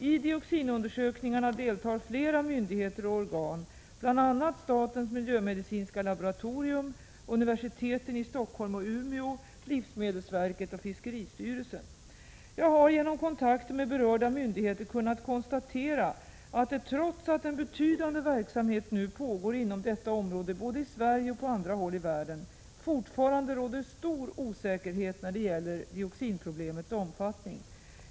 I dioxinundersökningarna deltar flera myndigheter och organ, bl.a. statens miljömedicinska laboratorium, universiteten i Stockholm och Umeå, livsmedelsverket och fiskeristyrelsen. Jag har genom kontakter med berörda myndigheter kunnat konstatera att 27 november 1986 det, trots att en betydande verksamhet nu pågår inom detta område både i Sverige och på andra håll i världen, fortfarande råder stor osäkerhet när det gäller dioxinproblemets omfattning.